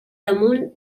damunt